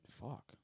Fuck